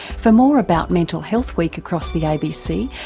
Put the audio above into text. for more about mental health week across the abc,